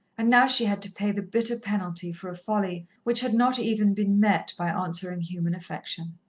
and now she had to pay the bitter penalty for a folly which had not even been met by answering human affection.